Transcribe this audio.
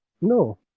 No